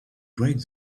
break